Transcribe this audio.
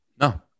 No